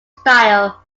style